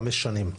חמש שנים.